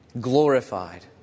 glorified